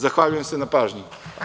Zahvaljujem se na pažnji.